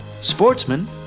sportsman